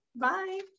Bye